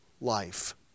life